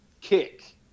kick